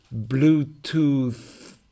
Bluetooth